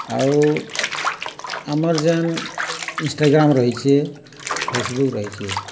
ଆଉ ଆମର୍ ଯେନ୍ ଇନ୍ଷ୍ଟାଗ୍ରାମ୍ ରହିଛେ ଫେସବୁକ୍ ରହିଛେ